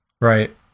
Right